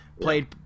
played